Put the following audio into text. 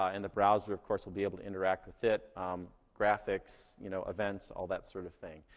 ah and the browser, of course, will be able to interact with it graphics, you know, events, all that sort of thing.